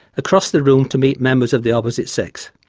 across the room to meet members of the opposite sex.